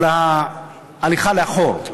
על ההליכה לאחור.